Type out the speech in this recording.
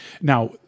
now